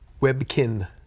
Webkin